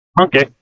Okay